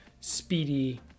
speedy